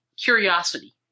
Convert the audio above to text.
Curiosity